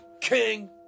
king